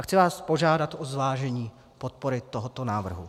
Chci vás požádat o zvážení podpory tohoto návrhu.